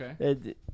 Okay